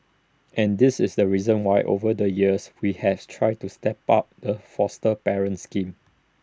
and this is the reason why over the years we has tried to step up the foster parent scheme